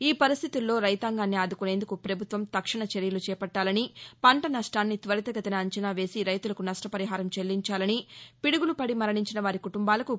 ఈ పరిస్టితుల్లో రైతాంగాన్ని ఆదుకునేందుకు ప్రభుత్వం తక్షణ చర్యలు చేపట్టాలిలని పంట నష్టాన్ని త్వరితగతిన అంచనావేసి రైతులకు నష్ట పరిహారం చెల్లించాలని పిడుగులు పది మరణించిన వారి కుటుంబాలకు రు